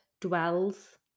dwells